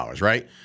right